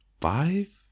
five